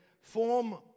form